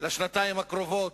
לשנתיים הקרובות.